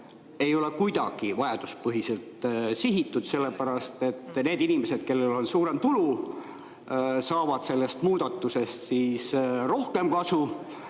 ei ole kuidagi vajaduspõhiselt sihitud, sellepärast et need inimesed, kellel on suurem tulu, saavad sellest muudatusest rohkem kasu